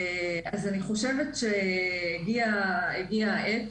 אז אני חושבת שהגיעה העת